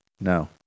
No